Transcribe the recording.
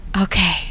Okay